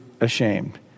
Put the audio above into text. ashamed